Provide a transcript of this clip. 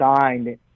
signed